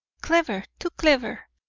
clever, too clever!